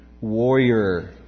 warrior